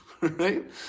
right